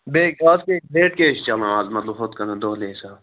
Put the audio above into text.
بیٚیہِ کیاہ حظ چھُ بیٚیہِ کیاہ چھُ چلان آز مطلب ہُتھ کَنن تُہند حساب